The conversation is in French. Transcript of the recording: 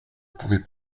pouvez